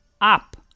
up